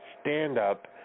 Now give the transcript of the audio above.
stand-up